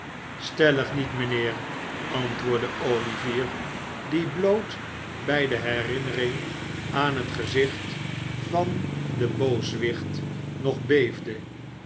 stellig niet mijnheer antwoordde olivier die bloot bij de herinnering aan het gezicht van den booswicht nog beefde